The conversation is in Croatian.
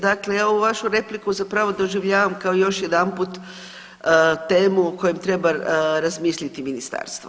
Dakle, ja ovu vašu repliku zapravo doživljavam kao još jedanput temu o kojoj treba razmisliti ministarstvo.